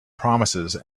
promises